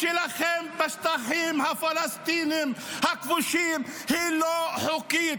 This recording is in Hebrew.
שלכם בשטחים הפלסטיניים הכבושים היא לא חוקית.